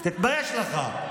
תתבייש לך.